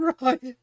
right